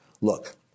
Look